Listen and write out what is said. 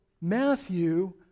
Matthew